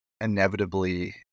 inevitably